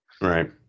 Right